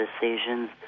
decisions